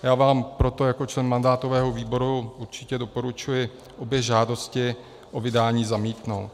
Já vám proto jako člen mandátového výboru určitě doporučuji obě žádosti o vydání zamítnout.